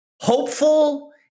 hopeful